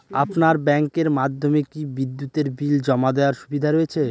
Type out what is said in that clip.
আপনার ব্যাংকের মাধ্যমে কি বিদ্যুতের বিল জমা দেওয়ার সুবিধা রয়েছে?